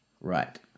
right